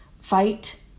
Fight